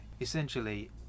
Essentially